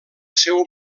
seu